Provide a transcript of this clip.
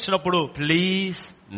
please